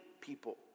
people